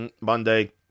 Monday